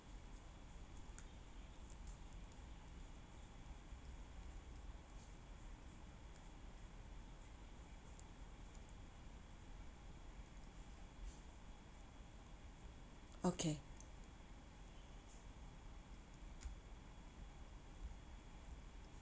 okay